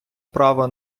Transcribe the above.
право